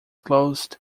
closed